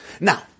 Now